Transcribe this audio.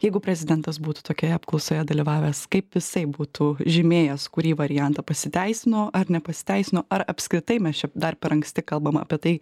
jeigu prezidentas būtų tokioje apklausoje dalyvavęs kaip jisai būtų žymėjęs kurį variantą pasiteisino ar nepasiteisino ar apskritai mes čia dar per anksti kalbam apie tai